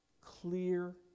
clear